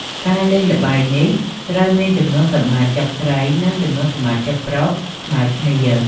ការលេងល្បែងនេះត្រូវមាន ចំនួនសមាជិកស្រី និងចំនួនសមាជិកប្រុសស្មើគ្នា។